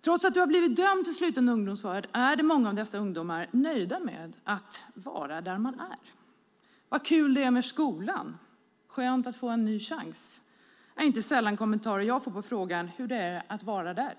Trots att ungdomarna har blivit dömda till sluten ungdomsvård är många av dem nöjda med att vara där de är. "Vad kul det är med skolan" och "skönt att få en ny chans" är inte sällan kommentarer som jag får på frågan hur det är att vara där.